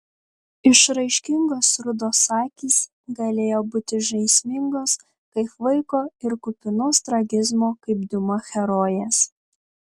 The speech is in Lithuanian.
išraiškingos rudos akys galėjo būti žaismingos kaip vaiko ir kupinos tragizmo kaip diuma herojės